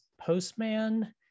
Postman